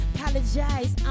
Apologize